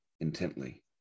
intently